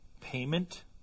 payment